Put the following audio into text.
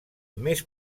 més